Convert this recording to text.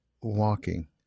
walking